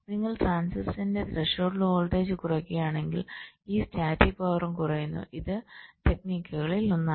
നിങ്ങൾ ട്രാൻസിസ്റ്ററിന്റെ threshold voltage കുറയ്ക്കുകയാണെങ്കിൽ ഈ സ്റ്റാറ്റിക് പവറും കുറയുന്നു ഇത് ടെക്നിക്കുകളിൽ ഒന്നാണ്